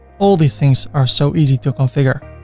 all these things are so easy to configure.